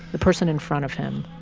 the person in front of him,